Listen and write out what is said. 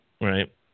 Right